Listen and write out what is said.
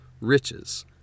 riches